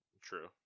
True